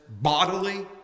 bodily